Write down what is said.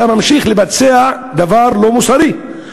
דבר שפוגע קשות בחופש הפולחן,